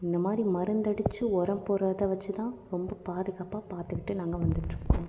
இந்த மாதிரி மருந்தடிச்சு உரம் போடுறத வச்சு தான் ரொம்ப பாதுகாப்பாக பார்த்துகிட்டு நாங்கள் வந்துகிட்ருக்கோம்